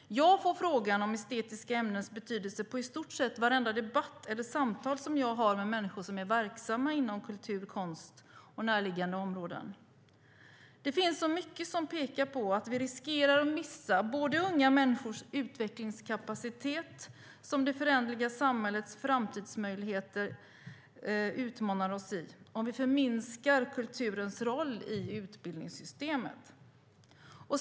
Jag får frågan om de estetiska ämnenas betydelse vid i stort sett varje debatt och varje samtal som jag har med människor som är verksamma inom kultur, konst och närliggande områden. Det finns så mycket som pekar på att vi riskerar att missa unga människors utvecklingskapacitet, som det föränderliga samhällets framtidsmöjligheter utmanar oss i, om vi förminskar kulturens roll i utbildningssystemet.